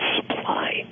supply